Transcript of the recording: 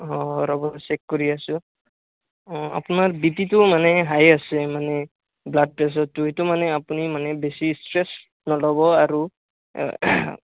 অ' ৰ'ব চেক কৰি আছোঁ অ' আপোনাৰ বি পিটো মানে হাই আছে আনে ব্লাড প্ৰেচাৰটো এটো মানে আপুনি মানে বেছি ষ্ট্ৰেছ নল'ব আৰু